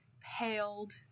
paled